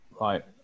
Right